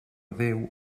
déu